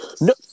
No